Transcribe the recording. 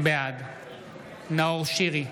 בעד נאור שירי,